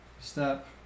step